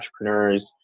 entrepreneurs